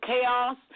chaos